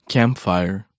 Campfire